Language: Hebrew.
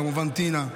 כמובן טינה,